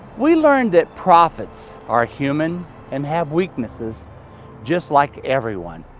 we learned that prophets are human and have weaknesses just like everyone.